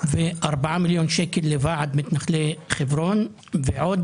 ו-4 מיליון שקלים לוועד מתנחלי חברון ועוד